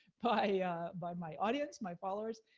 ah yeah by my audience, my followers.